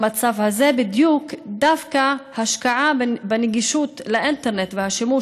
במצב הזה בדיוק דווקא השקעה בנגישות של האינטרנט והשימוש